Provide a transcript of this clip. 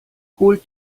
holt